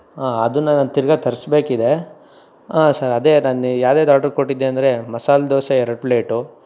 ಅದನ್ನ ನಾನು ತಿರ್ಗಾ ತರಿಸಬೇಕಿದೆ ಹಾಂ ಸರ್ ಅದೇ ನಾನು ಯಾವ್ದು ಯಾವ್ದು ಆರ್ಡರ್ ಕೊಟ್ಟಿದ್ದೆ ಅಂದರೆ ಮಾಸಾಲೆ ದೋಸೆ ಎರಡು ಪ್ಲೇಟು